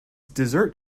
dessert